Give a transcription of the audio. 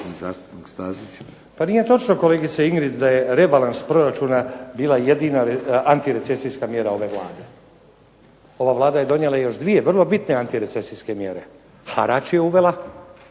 Pa nije točno kolegice Ingrid da je rebalans proračuna bila jedina antirecesijska mjera ove Vlade. Ova Vlada je donijela i još dvije vrlo bitne antirecesijske mjere. Harač je uvela